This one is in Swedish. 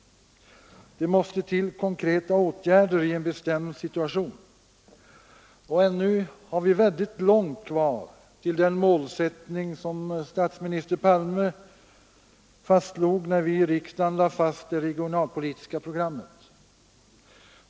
Det måste till konkreta åtgärder i en bestämd situation och ännu har vi mycket långt kvar till den målsättning som statsminister Palme fastslog, när vi i riksdagen lade fast det regionalpolitiska programmet.